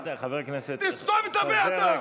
אתה תסתום את הפה, אתה.